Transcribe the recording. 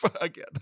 again